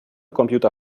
computer